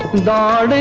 die